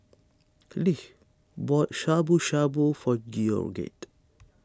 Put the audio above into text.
Leigh bought Shabu Shabu for Georgette